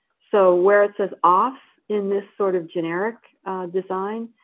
so where it says off in this sort of generic design,